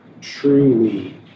truly